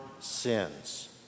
sins